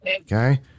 Okay